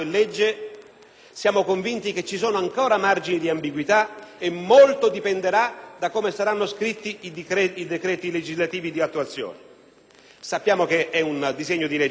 siamo convinti che ci siano ancora margini di ambiguità e molto dipenderà da come saranno scritti i decreti legislativi di attuazione. Sappiamo che è un disegno di legge delega